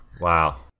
Wow